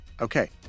Okay